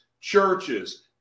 churches